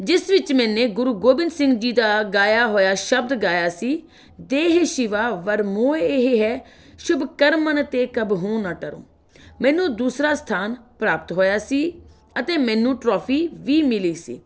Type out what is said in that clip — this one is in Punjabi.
ਜਿਸ ਵਿੱਚ ਮੈਨੇ ਗੁਰੂ ਗੋਬਿੰਦ ਸਿੰਘ ਜੀ ਦਾ ਗਾਇਆ ਹੋਇਆ ਸ਼ਬਦ ਗਾਇਆ ਸੀ ਦੇਹ ਸ਼ਿਵਾ ਵਰ ਮੋਹ ਇਹੈ ਸ਼ੁਭ ਕਰਮਨ ਤੇ ਕਬਹੂੰ ਨ ਟਰੋਂ ਮੈਨੂੰ ਦੂਸਰਾ ਸਥਾਨ ਪ੍ਰਾਪਤ ਹੋਇਆ ਸੀ ਅਤੇ ਮੈਨੂੰ ਟਰੋਫੀ ਵੀ ਮਿਲੀ ਸੀ